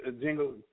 Jingle